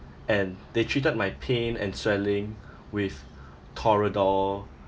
and they treated my pain and swelling with toradol